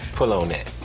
pull on that.